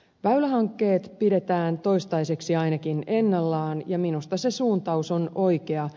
väylähankkeet pidetään toistaiseksi ainakin ennallaan ja minusta se suuntaus on oikea